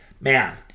Man